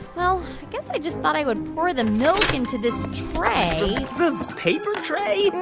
well, i guess i just thought i would pour the milk into this tray the paper tray?